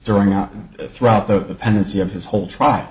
throwing out throughout the pendency of his whole tr